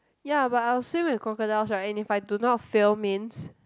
ya but I will swim with crocodiles right but i do not fail means